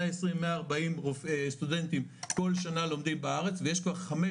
120-140 סטודנטים כל שנה לומדים בארץ ויש כבר חמש